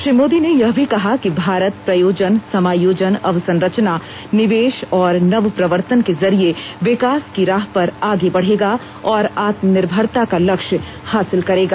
श्री मोदी ने यह भी कहा कि भारत प्रयोजन समायोजन अवसंरचना निवेश और नवप्रवर्तन के जरिये विकास की राह पर आगे बढ़ेगा और आत्मनिर्भरता का लक्ष्य हासिल करेगा